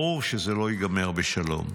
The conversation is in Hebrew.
ברור שזה לא ייגמר בשלום,